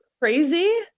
crazy